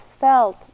felt